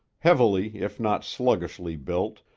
heavily if not sluggishly built,